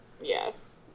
Yes